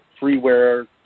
freeware